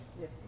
Yes